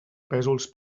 pèsols